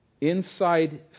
Inside